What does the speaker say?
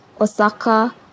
Osaka